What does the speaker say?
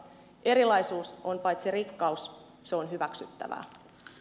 erilaisuus on paitsi rikkaus myös hyväksyttävää